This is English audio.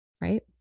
Right